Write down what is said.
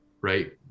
right